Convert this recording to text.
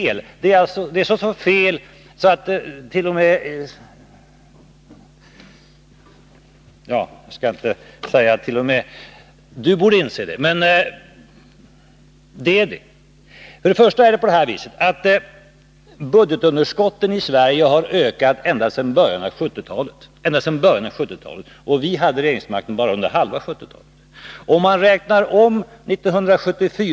Jag skall inte säga att det är så fel att t.o.m. Olof Palme borde inse det, men det är det. Först och främst är det på det viset att budgetunderskotten i Sverige har ökat ända sedan början av 1970-talet. Och vi hade regeringsmakten bara under halva 1970-talet.